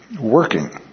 working